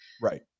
right